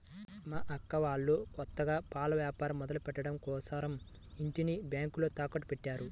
మా అక్క వాళ్ళు కొత్తగా పాల వ్యాపారం మొదలుపెట్టడం కోసరం ఇంటిని బ్యేంకులో తాకట్టుపెట్టారు